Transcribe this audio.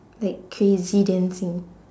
like crazy dancing